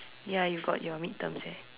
ya you got your mid terms eh